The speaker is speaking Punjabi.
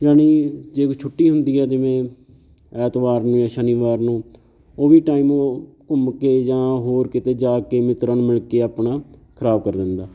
ਜਾਣੀ ਜੇ ਕੋਈ ਛੁੱਟੀ ਹੁੰਦੀ ਹੈ ਜਿਵੇਂ ਐਤਵਾਰ ਨੂੰ ਜਾਂ ਸ਼ਨੀਵਾਰ ਨੂੰ ਉਹ ਵੀ ਟਾਈਮ ਉਹ ਘੁੰਮ ਕੇ ਜਾਂ ਹੋਰ ਕਿਤੇ ਜਾ ਕੇ ਮਿੱਤਰਾਂ ਨੂੰ ਮਿਲ ਕੇ ਆਪਣਾ ਖ਼ਰਾਬ ਕਰ ਲੈਂਦਾ